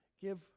give